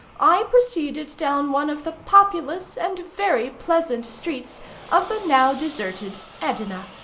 i proceeded down one of the populous and very pleasant streets of the now deserted edina.